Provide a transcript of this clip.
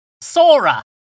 sora